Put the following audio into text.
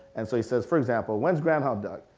and so he says for example, when's groundhog day?